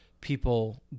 people